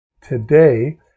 today